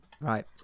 Right